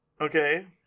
Okay